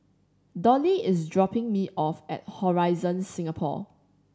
Dollie is dropping me off at Horizon Singapore